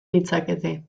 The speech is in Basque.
ditzakete